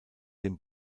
dem